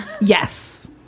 yes